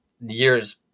years